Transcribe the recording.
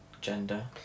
gender